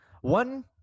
one